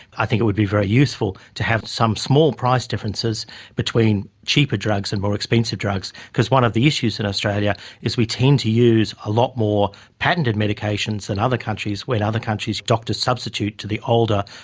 i think it would be very useful to have some small price differences between cheaper drugs and more expensive drugs, because one of the issues in australia is we tend to use a lot more patented medications than other countries when other countries' doctors substitute to the older,